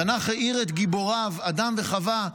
התנ"ך האיר את גיבוריו, אדם וחווה,